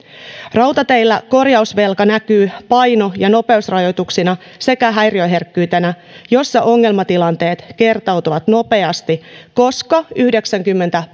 rautateillä korjausvelka näkyy paino ja nopeusrajoituksina sekä häiriöherkkyytenä jossa ongelmatilanteet kertautuvat nopeasti koska yhdeksänkymmentä